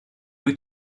wyt